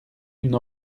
une